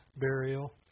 burial